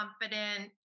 confident